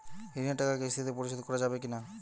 ঋণের টাকা কিস্তিতে পরিশোধ করা যাবে কি না?